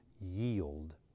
yield